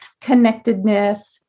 connectedness